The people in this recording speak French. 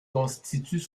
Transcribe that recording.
constituent